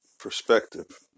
perspective